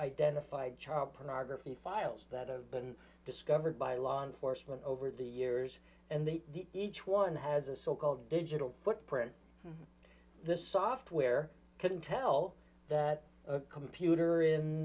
identified child pornography files that are been discovered by law enforcement over the years and they each one has a so called digital footprint this software can tell that computer in